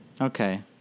okay